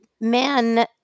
men